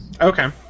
Okay